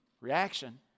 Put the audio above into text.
Reaction